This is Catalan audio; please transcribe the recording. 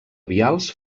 vials